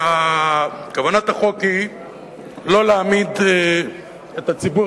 כוונת החוק היא לא להעמיד את הציבור